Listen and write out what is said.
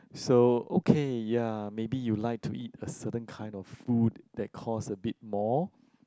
so okay ya maybe you like to eat a certain kind of food that cost a bit more